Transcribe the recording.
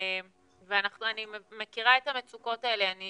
ואני מכירה את המצוקות האלה, אני